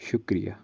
شُکریہ